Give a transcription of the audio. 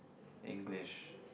English